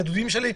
לדודים שלי,